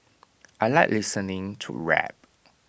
I Like listening to rap